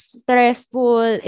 stressful